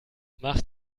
mach